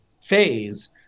phase